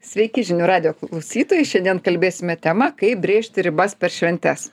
sveiki žinių radijo klausytojai šiandien kalbėsime tema kaip brėžti ribas per šventes